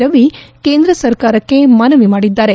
ರವಿ ಕೇಂದ್ರ ಸರ್ಕಾರಕ್ಕೆ ಮನವಿ ಮಾಡಿದ್ದಾರೆ